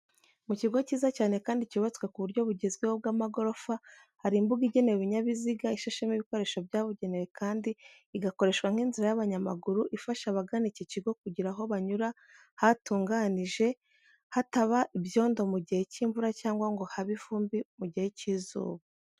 Mu kigo kiza cyane kandi cyubatswe ku buryo bugezweho bw'amagorofa, hari imbuga igenewe ibinyabiziga, ishashemo ibikoresho byabugenewe kandi igakoreshwa nk'inzira y'abanyamaguru ifasha abagana iki kigo kugira aho banyura hatungajije hataba ibyondo mu gihe cy'imvura cyangwa ngo habe ivumbi mu gihe cy'izuba.